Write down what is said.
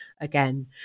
again